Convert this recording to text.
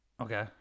Okay